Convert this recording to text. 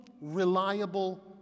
reliable